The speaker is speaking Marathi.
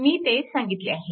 मी ते सांगितले आहे